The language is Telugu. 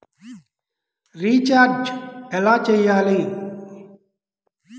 రిచార్జ ఎలా చెయ్యాలి?